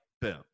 boom